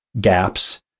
gaps